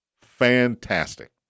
fantastic